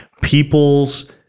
people's